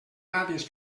gàbies